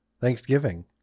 Thanksgiving